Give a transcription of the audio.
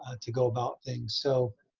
and to go about things. so